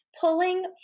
pulling